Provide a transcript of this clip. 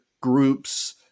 groups